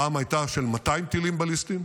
הפעם הייתה של 200 טילים בליסטיים.